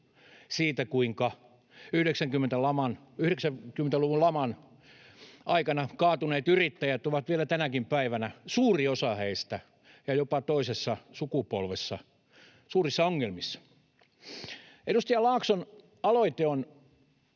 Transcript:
siitä, kuinka 90-luvun laman aikana kaatuneet yrittäjät ovat vielä tänäkin päivänä, suuri osa heistä ja jopa toisessa sukupolvessa, suurissa ongelmissa. Edustaja Laakson aloite on